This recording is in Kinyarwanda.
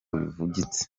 bivugitse